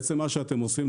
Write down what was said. בעצם מה שאתם שעושים,